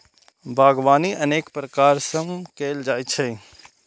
बागवानी अनेक प्रकार सं कैल जाइ छै